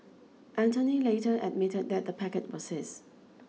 Anthony later admitted that the packet was his